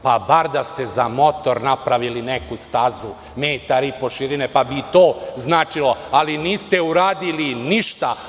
Pa bar da ste za motor napravili neku stazu, 1,5 metar širine, pa bi i to značilo, ali niste uradili ništa.